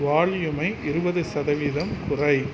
வால்யூமை இருபது சதவீதம் குறை